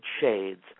shades